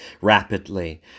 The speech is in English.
Rapidly